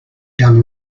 done